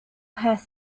has